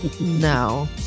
No